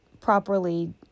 properly